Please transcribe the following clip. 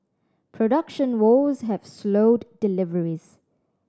production woes have slowed deliveries